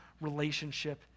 relationship